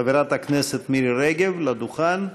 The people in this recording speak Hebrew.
חברת הכנסת מירי רגב, לדוכן.